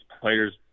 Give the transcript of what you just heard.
players